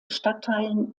stadtteilen